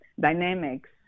dynamics